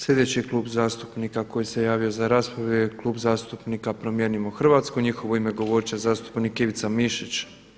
Sljedeći je Klub zastupnika koji se javio za raspravu je Klub zastupnika Promijenimo Hrvatsku i u njihovo ime govoriti će zastupnik Ivica Mišić.